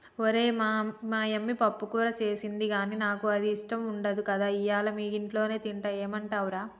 ఓరై మా యమ్మ పప్పుకూర సేసింది గానీ నాకు అది ఇష్టం ఉండదు కదా ఇయ్యల మీ ఇంట్లోనే తింటా ఏమంటవ్ రా